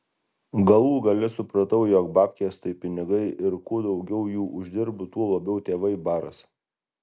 galų gale supratau jog babkės tai pinigai ir kuo daugiau jų uždirbu tuo labiau tėvai barasi